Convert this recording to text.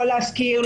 לא להשכיר,